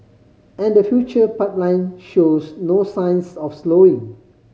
and the future pipeline shows no signs of slowing